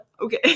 Okay